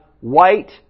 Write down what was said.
white